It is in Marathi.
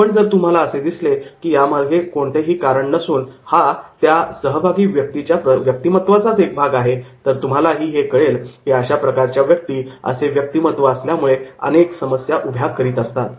पण तुम्हाला असे दिसले की यामागे कोणतेही कारण नसून हा त्या सहभागी व्यक्तिच्या व्यक्तिमत्त्वाचाच एक भाग आहे तर तुम्हालाही कळेल की अशा प्रकारच्या व्यक्ती असे व्यक्तिमत्व असल्याने अनेक समस्या उभ्या करत असतात